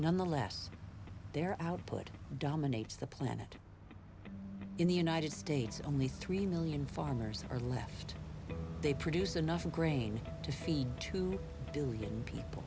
none the less their output dominates the planet in the united states only three million farmers are left they produce enough grain to feed two billion people